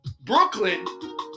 Brooklyn